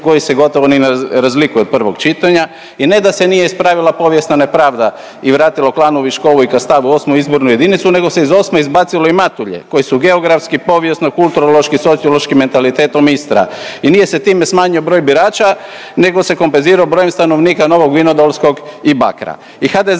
koji se gotovo ni ne razlikuje od prvog čitanja i ne da se nije ispravila povijesna nepravda i vratilo Klanu, Viškovo i Kastav u VIII. izbornu jedinicu nego se iz VIII. izbacilo i Matulje koji su geografski, povijesno i kulturološki, sociološkim mentalitetom Istra i nije se time smanjio broj birača nego se kompenzirao brojem stanovnika Novog Vinodolskog i Bakra i HDZ